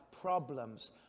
problems